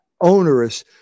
onerous